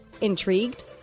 Intrigued